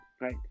Right